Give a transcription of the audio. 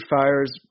fires